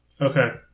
Okay